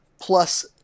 plus